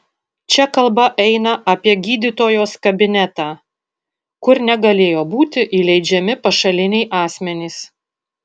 čia kalba eina apie gydytojos kabinetą kur negalėjo būti įleidžiami pašaliniai asmenys